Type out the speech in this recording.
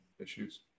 issues